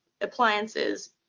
appliances